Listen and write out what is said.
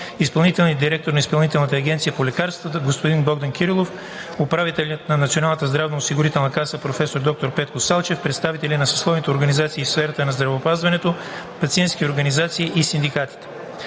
изпълнителният директор на Изпълнителната агенция по лекарствата господин Богдан Кирилов; управителят на Националната здравноосигурителна каса професор доктор Петко Салчев; представители на съсловните организации в сферата на здравеопазването; пациентските организации и на синдикатите.